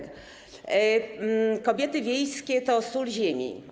Kobiety wiejskie to sól ziemi.